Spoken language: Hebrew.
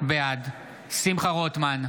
בעד שמחה רוטמן,